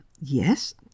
Yes